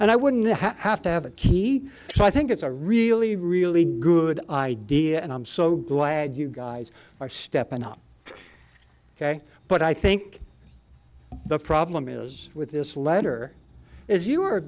and i wouldn't have to have a key so i think it's a really really good idea and i'm so glad you guys are stepping up ok but i think the problem is with this letter is you